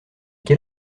quel